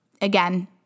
Again